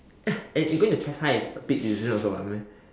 and and going to pres high is a big decision also [what] no meh